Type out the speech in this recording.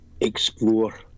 explore